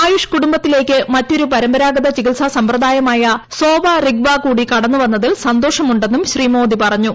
ആയുഷ് കുടുംബത്തിലേക്ക് മറ്റൊരു പരമ്പരാഗത ചികിത്സാ സമ്പ്രദായമായ സോവ റിഗ്വ കൂടി കടന്നു വന്നതിൽ സന്തോഷമുടെ ന്നും ശ്രീ മോദി പറഞ്ഞു